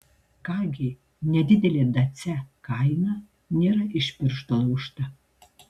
ką gi nedidelė dacia kaina nėra iš piršto laužta